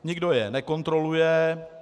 Nikdo je nekontroluje.